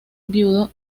viudo